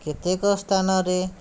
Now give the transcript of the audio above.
କେତେକ ସ୍ଥାନରେ